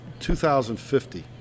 2050